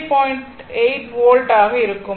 6 volt ஆக இருக்கும்